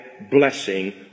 blessing